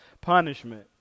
punishment